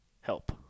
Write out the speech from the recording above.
help